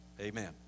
amen